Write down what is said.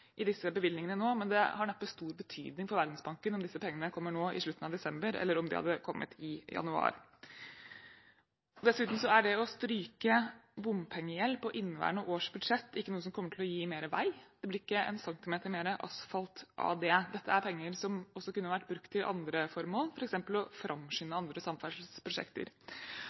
i disse bevilgningene. Men det har neppe stor betydning for Verdensbanken om disse pengene kommer nå i slutten av desember, eller om de hadde kommet i januar. Dessuten er det å stryke bompengegjeld på inneværende års budsjett ikke noe som kommer til å gi mer vei, det blir ikke en centimeter mer asfalt av det. Dette er penger som også kunne vært brukt til andre formål, f.eks. til å framskynde andre samferdselsprosjekter.